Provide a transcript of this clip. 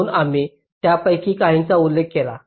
म्हणून आम्ही त्यापैकी काहींचा उल्लेख केला